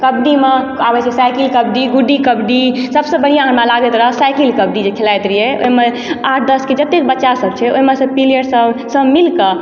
कबड्डीमे आबय छै साइकिल कबड्डी गुडी कबड्डी सबसँ बढ़िआँ हमरा लागैत रहए साइकिल कबड्डी जे खेलाइत रहियइ ओइमे आठ दसके जतेक बच्चा सब छै ओइमे सँ प्लेयर सब सब मिल कऽ